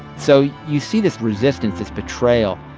so you see this resistance, this betrayal,